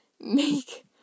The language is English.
make